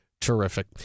terrific